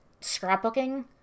scrapbooking